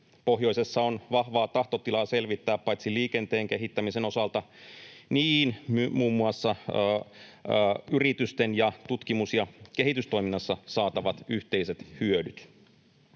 Pohjoisessa on vahvaa tahtotilaa selvittää paitsi liikenteen kehittämisestä myös muun muassa yritysten ja tutkimus- ja kehitystoiminnasta saatavat yhteiset hyödyt.